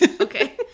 Okay